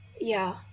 Yeah